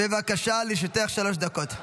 בבקשה, לרשותך שלוש דקות.